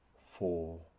four